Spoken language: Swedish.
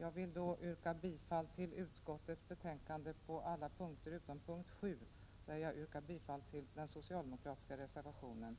Jag vill yrka bifall till hemställan i utskottets betänkande på alla punkter utom på punkt 7, där jag yrkar bifall till den socialdemokratiska reservationen.